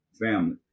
family